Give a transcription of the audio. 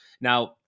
now